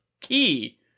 key